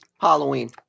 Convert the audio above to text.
Halloween